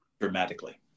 dramatically